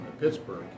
Pittsburgh